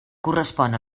correspon